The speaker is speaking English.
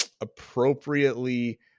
appropriately